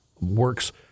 works